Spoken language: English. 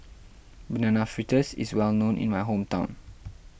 Banana Fritters is well known in my hometown